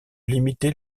limiter